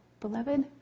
beloved